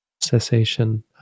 cessation